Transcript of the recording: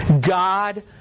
God